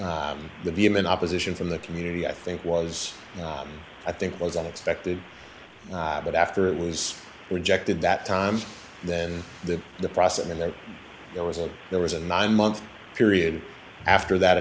the vehement opposition from the community i think was i think was unexpected but after it was rejected that time then the the process and then there was a there was a nine month period after that